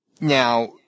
Now